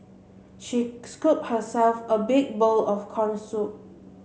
she scooped herself a big bowl of corn soup